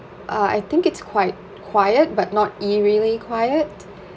uh I think it's quite quiet but not eerily quiet